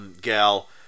gal